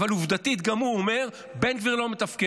אבל עובדתית גם הוא אומר: בן גביר לא מתפקד.